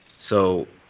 so